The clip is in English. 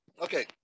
Okay